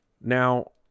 Now